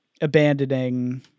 abandoning